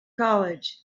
college